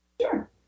Sure